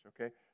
okay